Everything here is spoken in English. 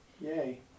Yay